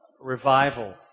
revival